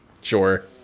Sure